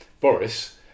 Boris